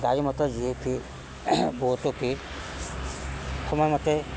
গাড়ী মটৰ যিয়ে সিয়ে বহুতো ভিৰ সময়মতে